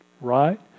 right